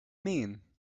mean